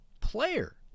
player